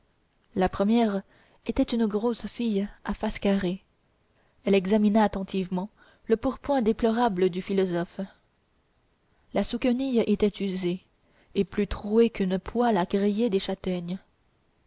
la première était une grosse fille à face carrée elle examina attentivement le pourpoint déplorable du philosophe la souquenille était usée et plus trouée qu'une poêle à griller des châtaignes